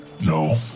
No